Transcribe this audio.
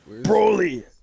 Broly